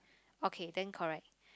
okay then correct